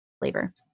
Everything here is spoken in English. flavor